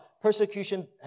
persecution